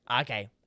okay